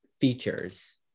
features